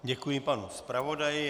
Děkuji panu zpravodaji.